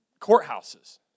courthouses